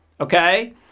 Okay